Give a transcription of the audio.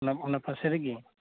ᱚᱱᱟ ᱯᱟᱥᱮ ᱨᱮᱜᱮ